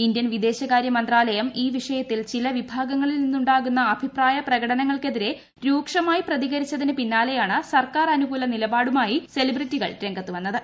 Indian വിദേശകാരൃമന്ത്രാലയം ഈ വിഷയത്തിൽ ചില വിഭാഗങ്ങളിൽ നിന്നുണ്ടാകുന്ന അഭിപ്രായ പ്രകടനങ്ങൾക്കെതിരെ രൂക്ഷമായി പ്രതികരിച്ചതിന് പിന്നാലെയാണ് സർക്കാർ അനുകൂല നിലപാടുമായി സെലിബ്രിറ്റികൾ രംഗത്ത് വന്നത്